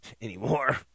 anymore